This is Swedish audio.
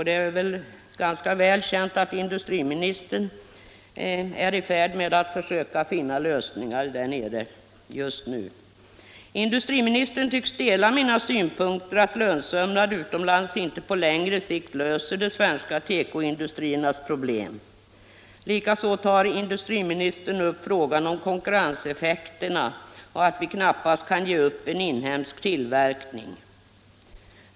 Det är ganska väl känt att industriministern är i färd med att försöka finna lösningar där nere just nu. Industriministern tycks ansluta sig till min synpunkt att lönsömnad utomlands inte på längre sikt löser de svenska tekoindustriernas problem. Likaså tar industriministern upp frågan om konkurrenseffekterna och framhåller att vi inte gärna kan ge upp en inhemsk tillverkning.